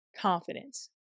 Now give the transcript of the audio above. confidence